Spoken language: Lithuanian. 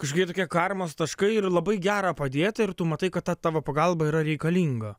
kažkokie tokie karmos taškai ir labai gera padėti ir tu matai kad ta tavo pagalba yra reikalinga